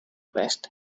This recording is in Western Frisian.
west